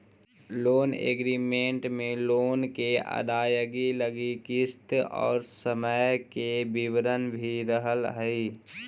loan agreement में loan के अदायगी लगी किस्त और समय के विवरण भी रहऽ हई